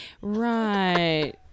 right